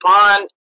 bond